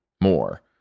more